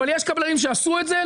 אבל יש קבלנים שעשו את זה,